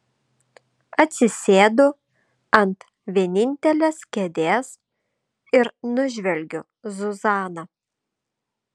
atsisėdu ant vienintelės kėdės ir nužvelgiu zuzaną